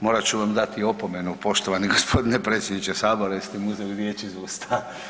Eto morat ću vam dati opomenu poštovani gospodine predsjedniče Sabora, jer ste mi uzeli riječ iz usta.